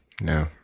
No